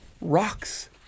rocks